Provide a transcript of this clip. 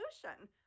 solution